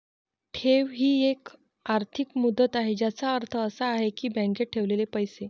ठेव ही एक आर्थिक मुदत आहे ज्याचा अर्थ असा आहे की बँकेत ठेवलेले पैसे